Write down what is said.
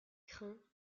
crins